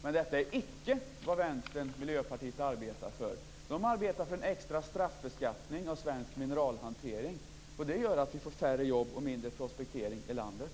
Men detta är icke vad Vänstern och Miljöpartiet arbetar för. De arbetar för en extra straffbeskattning av svensk mineralhantering. Det gör att vi får färre jobb och mindre prospektering i landet.